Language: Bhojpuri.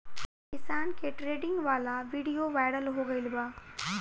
किसान के ट्रेनिंग वाला विडीओ वायरल हो गईल बा